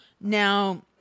Now